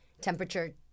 temperature